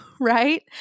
right